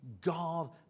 God